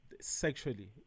sexually